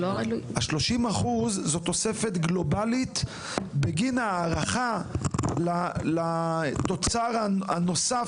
ה-30% זו תוספת גלובלית בגין ההערכה לתוצר הנוסף